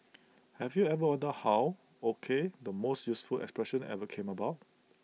have you ever wondered how O K the most useful expression ever came about